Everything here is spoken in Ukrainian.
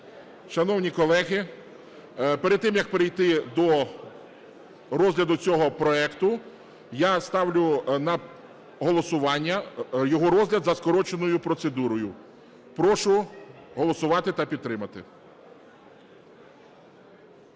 Шановні колеги, перед тим, як перейти до розгляду цього проекту, я ставлю на голосування його розгляд за скороченою процедурою. Прошу голосувати та підтримати.